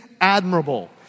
admirable